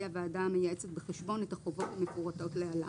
הוועדה המייעצת בחשבון את החובות המפורטות להלן,